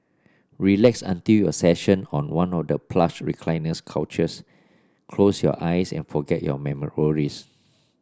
relax until your session on one of the plush recliner couches close your eyes and forget your worries